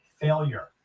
failure